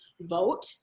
vote